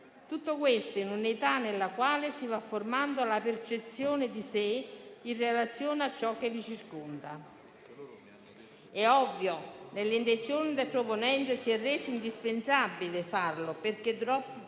tutto questo in un'età nella quale si va formando la percezione di sé in relazione a ciò che li circonda. È ovvio che nelle intenzioni del proponente si è reso indispensabile farlo perché troppo